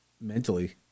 mentally